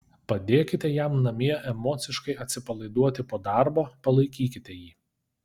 padėkite jam namie emociškai atsipalaiduoti po darbo palaikykite jį